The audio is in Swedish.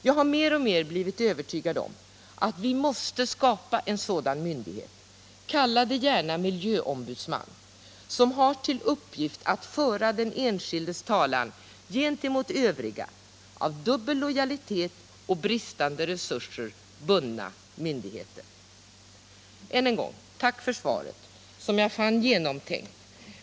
Jag har mer och mer blivit övertygad om att vi måste skapa en sådan myndighet — kalla den gärna miljöombudsman — som har till uppgift att föra den enskildes talan gentemot övriga, av dubbel lojalitet eller bristande resurser bundna myndigheter. Än en gång tack för svaret, som jag fann genomtänkt!